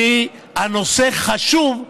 שהיא על נושא חשוב,